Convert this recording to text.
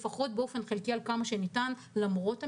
לפחות באופן חלקי, עד כמה שניתן למרות המגבלות.